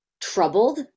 troubled